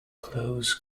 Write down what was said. close